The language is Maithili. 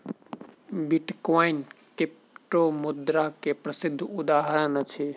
बिटकॉइन क्रिप्टोमुद्रा के प्रसिद्ध उदहारण अछि